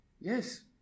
Yes